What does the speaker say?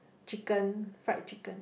chicken fried chicken